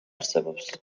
არსებობს